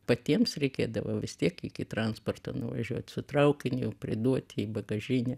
patiems reikėdavo vis tiek iki transporto nuvažiuot su traukiniu jau priduot į bagažinę